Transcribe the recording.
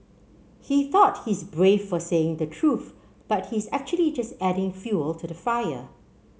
he thought he's brave for saying the truth but he's actually just adding fuel to the fire